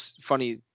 funny